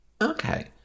Okay